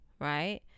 Right